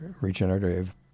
regenerative